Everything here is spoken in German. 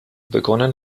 begonnen